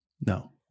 No